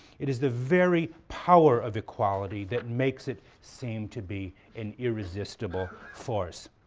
it is the very power of equality that makes it seem to be an irresistible force.